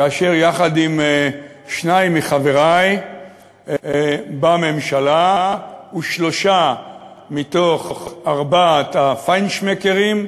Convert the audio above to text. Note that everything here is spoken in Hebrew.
כאשר יחד עם שניים מחברי בממשלה ושלושה מתוך ארבעת ה"פיינשמקרים"